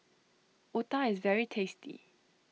Otah is very tasty